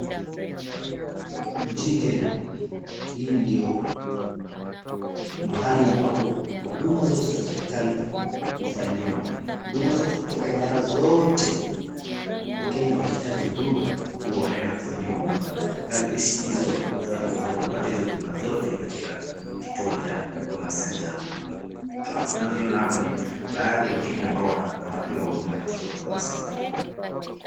Nchini Kenya hapa ndipo mahali ambapo huduma zote za serikali hufanyiwa. Huduma zote katika idara zote wakenya wakiitaji huduma Huwa wanaenda kufanyiwa huduma. Hizo kupata hizo huduma zote katika kituo ya huduma center. Tunavyoona hapo ni baadhi ya wakenya ambao wanapewa huduma katika huduma center .